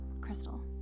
Crystal